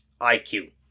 IQ